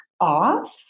off